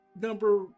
number